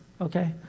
okay